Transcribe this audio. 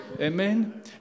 Amen